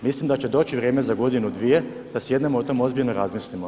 Mislim da će doći vrijeme za godinu, dvije da sjednemo o tome, ozbiljno razmislimo.